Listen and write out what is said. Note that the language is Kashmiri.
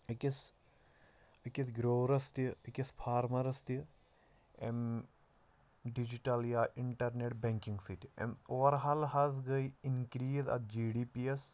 أکِس أکِس گرٛورَس تہِ أکِس فارمَرَس تہِ اَمہِ ڈِجٹَل یا اِنٹرنیٚٹ بینٛکِنٛگ سۭتۍ اَمہِ اوَرحال حظ گٔے اِنکرٛیٖز اَتھ جی ڈی پی یَس